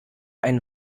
einen